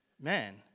man